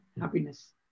happiness